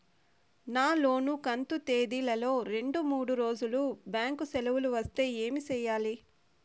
నా లోను కంతు తేదీల లో రెండు మూడు రోజులు బ్యాంకు సెలవులు వస్తే ఏమి సెయ్యాలి?